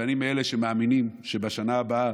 ואני מאלה שמאמינים שבשנה הבאה